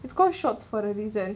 it's called shorts for the reason